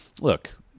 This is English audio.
look